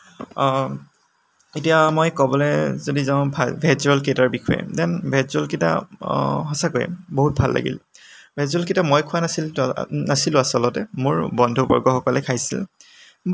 এতিয়া মই ক'বলৈ যদি যাওঁ ভেজ ৰ'ল কেইটাৰ বিষয়ে দেন ভেজ ৰ'ল কেইটা সঁচাকৈ বহুত ভাল লাগিল ভেজ ৰ'ল কেইটা মই খোৱা নাছিলোঁ নাছিলোঁ আচলতে মোৰ বন্ধুবৰ্গসকলে খাইছিল